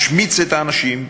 משמיץ את האנשים,